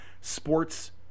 Sports